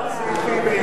לא דובר על סעיפים ב,